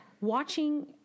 watching